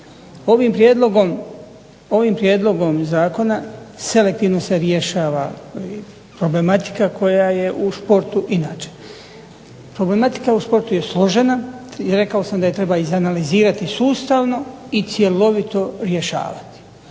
Ovim Prijedlogom zakona selektivno se rješava problematika koja je u športu inače. Problematika u sportu je složena i rekao sam da je treba izanalizirati sustavno i cjelovito rješavati.